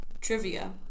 Trivia